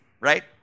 right